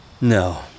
No